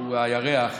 שהוא הירח.